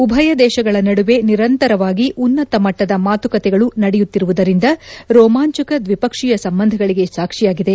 ಉಭಯ ದೇಶಗಳ ನಡುವೆ ನಿರಂತರವಾಗಿ ಉನ್ನತ ಮಟ್ಲದ ಮಾತುಕತೆಗಳು ನಡೆಯುತ್ತಿರುವುದರಿಂದ ರೋಮಾಂಚಕ ದ್ವಿಪಕ್ಷೀಯ ಸಂಬಂಧಗಳಿಗೆ ಸಾಕ್ಷಿಯಾಗಿದೆ